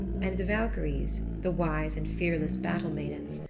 and the valkyries, the wise and fearless battle-maidens,